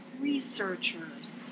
researchers